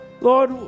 Lord